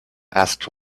asked